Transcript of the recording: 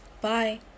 Bye